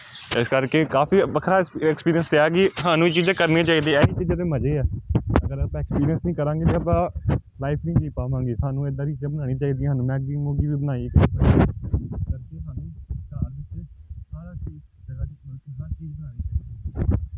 ਇਸ ਕਰਕੇ ਕਾਫੀ ਵੱਖਰਾ ਐਕਸ ਐਕਸਪੀਰੀਅੰਸ ਰਿਹਾ ਕਿ ਸਾਨੂੰ ਇਹ ਚੀਜ਼ਾਂ ਕਰਨੀਆਂ ਚਾਹੀਦੀਆਂ ਇਹਦੇ 'ਚ ਤਾਂ ਮਜ਼ੇ ਹੈ ਐਕਸਪੀਰੀਅੰਸ ਨਹੀਂ ਕਰਾਂਗੇ ਫਿਰ ਆਪਾਂ ਲਾਈਫ ਨਹੀਂ ਜੀ ਪਾਵਾਂਗੇ ਸਾਨੂੰ ਇੱਦਾਂ ਚੀਜ਼ਾਂ ਬਣਾਉਣੀ ਚਾਹੀਦੀਆਂ ਹਨ ਮੈਗੀ ਮੂਗੀ ਤਾਂ ਬਣਾਈ